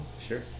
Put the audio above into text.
Sure